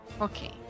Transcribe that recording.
Okay